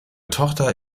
tochter